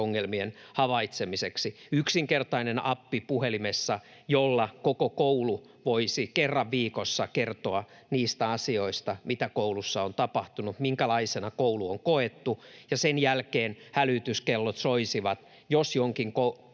ongelmien havaitsemiseksi: puhelimeen yksinkertainen appi, jolla koko koulu voisi kerran viikossa kertoa niistä asioista, mitä koulussa on tapahtunut, minkälaisena koulu on koettu, ja sen jälkeen hälytyskellot soisivat, jos jonkin